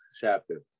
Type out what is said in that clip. chapter